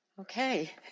Okay